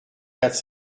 quatre